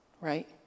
right